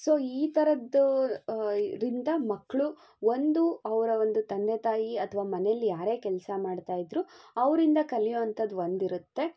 so ಈ ತರದ್ದ ರಿಂದ ಮಕ್ಕಳು ಒಂದು ಅವರ ಒಂದು ತಂದೆ ತಾಯಿ ಅಥವಾ ಮನೆಲಿ ಯಾರೇ ಕೆಲಸ ಮಾಡ್ತಾ ಇದ್ದರು ಅವರಿಂದ ಕಲಿಯೋವಂಥದ್ದು ಒಂದಿರತ್ತೆ